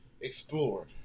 explored